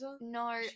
No